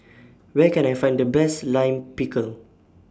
Where Can I Find The Best Lime Pickle